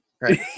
Right